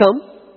come